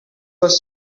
was